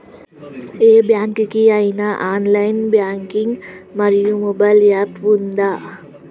ఏ bank కి ఐనా online banking మరియు మొబైల్ యాప్ ఉందా?